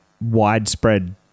widespread